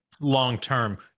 long-term